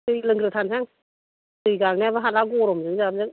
दै लोंग्रोथारसां दै गांनायाबो हाला गरमजों जाबजों